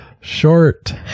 Short